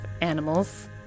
animals